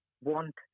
want